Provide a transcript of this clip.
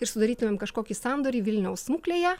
ir sudarytumėm kažkokį sandorį vilniaus smuklėje